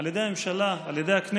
עלי ידי הממשלה, על ידי הכנסת,